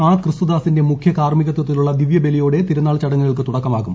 R ക്രിസ്തുദാസിന്റെ മുഖ്യ കാർമികത്വത്തിലുള്ള ദിവ്യബലിയോടെ തിരുനാൾ ചടങ്ങുകൾക്ക് തുടക്കമാകും